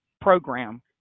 program